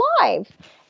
live